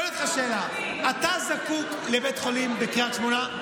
אני שואל אותך שאלה: אתה זקוק לבית חולים בקריית שמונה?